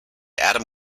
adam